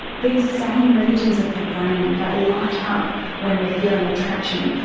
these same regions of the brain that light ah up when we are feeling attraction,